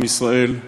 עם ישראל,